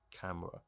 camera